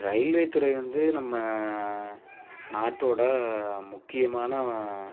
railway துறை வந்து நம்ம நாட்டோடய முக்கியமான